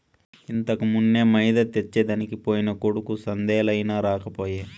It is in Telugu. ఇంతకుమున్నే మైదా తెచ్చెదనికి పోయిన కొడుకు సందేలయినా రాకపోయే